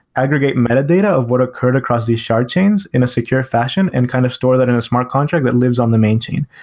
aggregate metadata of what occurred across these shard chains in a secure fashion and kind of store that in a smart contract that lives on the main chain.